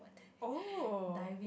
oh